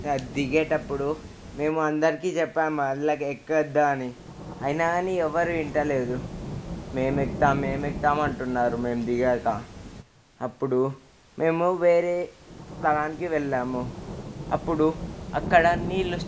దిగేటప్పుడు మేము అందరికీ చెప్పాము అలాగే ఎక్కొద్దా అని అయినా గానీ ఎవరు వింటలేదు మేము ఎక్కుతాం మేము ఎక్కుతాం అంటున్నారు మేము దిగాక అప్పుడు మేము వేరే స్థలానికి వెళ్ళాము అప్పుడు అక్కడ నీళ్లు